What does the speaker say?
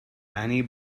anne